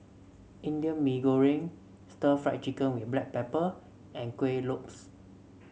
Indian Mee Goreng stir Fry Chicken with Black Pepper and Kueh Lopes